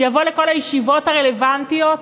שיבוא לכל הישיבות הרלוונטיות,